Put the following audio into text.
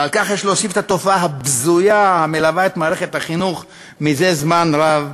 ועל כך יש להוסיף את התופעה הבזויה המלווה את מערכת החינוך זה זמן רב,